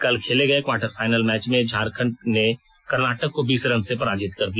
कल खेले गए क्वार्टर फाइनल मैच में झारखंड ने कर्नाटक को बीस रन से पराजित कर दिया